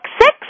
six